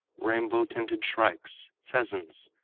rainbow-tinted shrikes, pheasants,